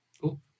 Cool